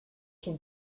can